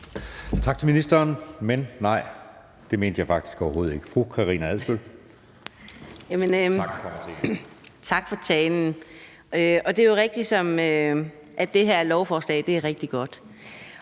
Tak for talen. Det er jo rigtigt, at det her lovforslag er rigtig godt.